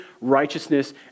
righteousness